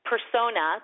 Persona